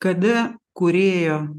kada kūrėjo